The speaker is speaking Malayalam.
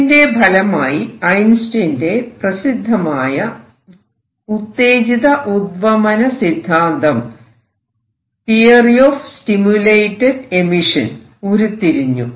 ഇതിന്റെ ഫലമായി ഐൻസ്റ്റൈന്റെ പ്രസിദ്ധമായ ഉത്തേജിത ഉദ്വമന സിദ്ധാന്തം അഥവാ തിയറി ഓഫ് സ്റ്റിമുലേറ്റഡ് എമിഷൻ ഉരുത്തിരിഞ്ഞു